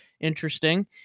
Interesting